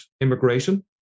immigration